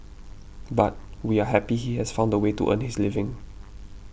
but we are happy he has found a way to earn his living